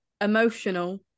emotional